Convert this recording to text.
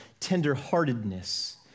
tenderheartedness